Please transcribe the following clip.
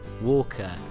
Walker